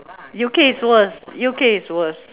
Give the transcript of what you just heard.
U_K is worse U_K is worse